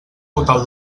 total